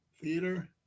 Theater